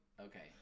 Okay